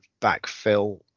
backfill